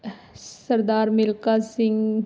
Sardar Milkha Singh